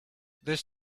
this